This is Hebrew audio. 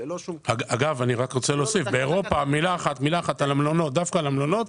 אני רוצה להוסיף עוד מילה על המלונות.